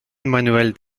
manuel